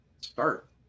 start